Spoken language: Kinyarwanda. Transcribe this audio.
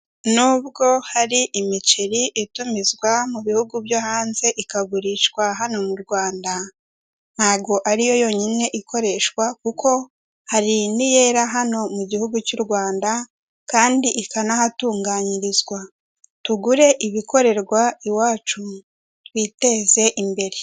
Nubwo hari imiceri itumizwa mu bihugu byo hanze ikagurishwa hano mu Rwanda, ntabwo ari yo yonyine ikoreshwa kuko hari n'iyera hano mu gihugu cy'u Rwanda kandi ikanahatunganyirizwa, tugure ibikorerwa iwacu twiteze imbere.